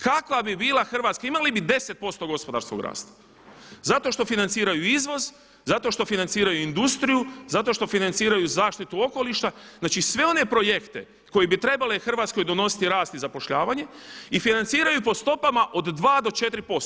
Kakva bi bila hrvatska, imali bi 10% gospodarskog rasta, zato što financiraju izvoz, zato što financiraju industriju, zato što financiraju zaštitu okoliša, znači sve one projekte koji bi trebale Hrvatskoj donositi rast i zapošljavanje i financiraju po stopama od 2 do 4%